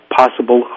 possible